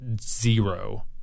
zero –